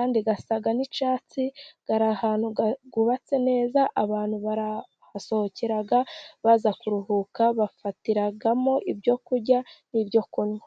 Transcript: andi asa n'icyatsi, ari ahantu hubatse neza, abantu barahasohokera, baza kuruhuka, bafatiramo ibyo kurya, n'ibyo kunywa.